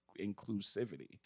inclusivity